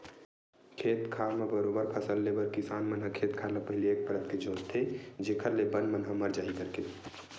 खेत खार म बरोबर फसल ले बर किसान मन खेत खार ल पहिली एक परत के जोंतथे जेखर ले बन मन ह मर जाही कहिके